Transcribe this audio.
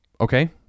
okay